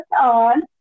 on